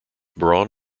braun